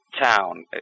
town